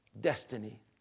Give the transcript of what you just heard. destiny